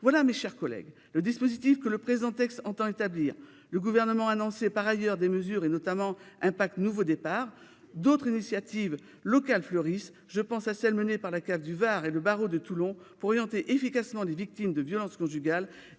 Voilà, mes chers collègues, le dispositif que le présent texte entend établir. Le Gouvernement a par ailleurs annoncé diverses mesures, notamment un « pack nouveau départ ». D'autres initiatives locales fleurissent : je pense à celle menée par la CAF du Var et le barreau de Toulon pour orienter efficacement les victimes de violences conjugales